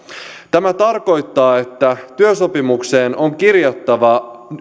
tämä tarkoittaa että työsopimukseen on kirjattava